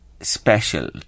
special